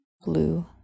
blue